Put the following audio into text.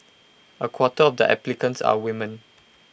A quarter of the applicants are women